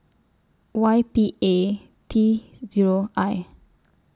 Y P A T Zero I